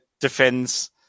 defends